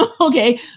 okay